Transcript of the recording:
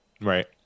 Right